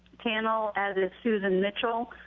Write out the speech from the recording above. panel as is suzanne mitchell.